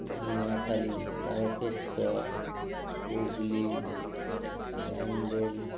Dhaniakhali Tarakeswar Hooghly Bandel